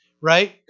right